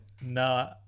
No